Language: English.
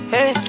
Hey